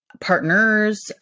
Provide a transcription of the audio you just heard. partners